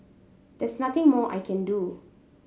there's nothing more I can do